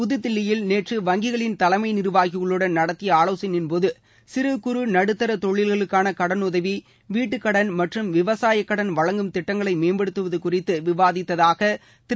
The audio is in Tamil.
புதுதில்லியில் நேற்று வங்கிகளின் தலைமை நிர்வாகிகளுடன் நடத்திய ஆலோசனையின்போது சிறு குறு நடுத்தர தொழில்களுக்கான கடனுதவி வீட்டுக்கடன் மற்றும் விவசாயக் கடன் வழங்கும் திட்டங்களை மேம்படுத்துவது குறித்து விவாதித்ததாக திரு